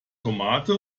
tomate